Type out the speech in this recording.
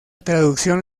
traducción